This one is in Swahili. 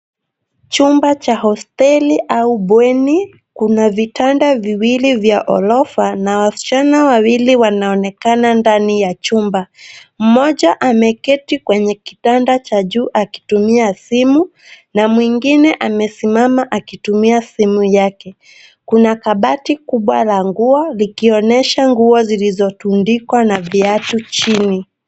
Chumba cha hosteli au bweni, kuna vitanda viwili vya ghorofa na wasichana wawili wanaonekana ndani ya chumba. Mmoja ameketi kwenye kitanda cha juu akitumia simu, na mwingine amesimama akitumia simu yake. Kuna kabati kubwa la nguo, likionyesha nguo zilizotundikwa na viatu chini.